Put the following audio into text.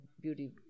beauty